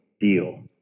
deal